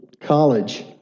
college